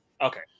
Okay